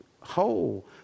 whole